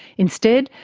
instead,